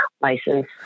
license